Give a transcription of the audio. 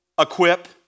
equip